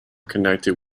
connected